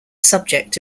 subject